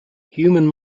human